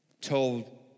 told